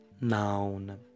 noun